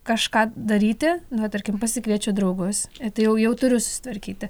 kažką daryti nu va tarkim pasikviečiu draugus tai jau jau turiu susitvarkyti